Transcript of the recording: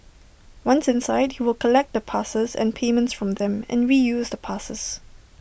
once inside he would collect the passes and payments from them and reuse the passes